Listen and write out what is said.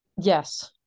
Yes